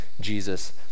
Jesus